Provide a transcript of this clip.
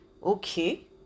Okay